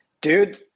Dude